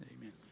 amen